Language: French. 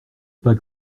pas